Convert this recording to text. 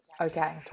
Okay